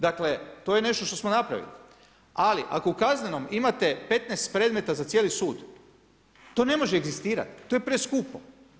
Dakle to je nešto što smo napravili, ali ako u kaznenom imate 15 predmeta za cijeli sud to ne može egzistirati, to je preskupo.